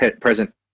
present